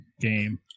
game